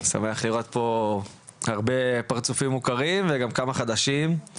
אני שמח לראות פה הרבה פרצופים מוכרים וגם כמה חדשים.